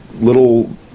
little